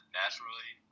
naturally